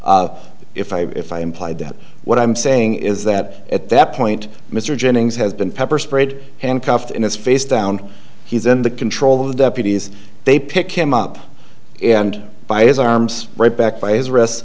if i if i implied that what i'm saying is that at that point mr jennings has been pepper sprayed handcuffed in his face down he's in the control of the deputies they pick him up and by his arms right back by his wrists